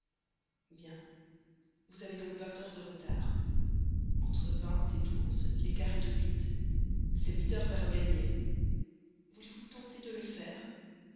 bien vous avez donc vingt heures de retard entre vingt et douze l'écart est de huit c'est huit heures à regagner voulez-vous tenter de le faire